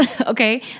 Okay